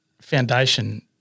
foundation